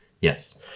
Yes